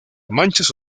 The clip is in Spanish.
manchas